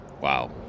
Wow